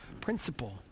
principle